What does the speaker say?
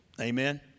Amen